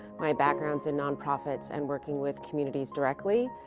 my background's in non-profits and working with communities directly,